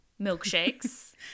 Milkshakes